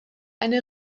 eine